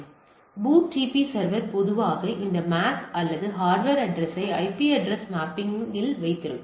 எனவே BOOTP server பொதுவாக இந்த MAC அல்லது ஹார்ட்வர் அட்ரஸ்யை ஐபி அட்ரஸ் மேப்பிங்கில் வைத்திருக்கும்